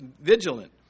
vigilant